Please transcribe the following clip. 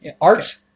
Art